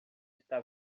está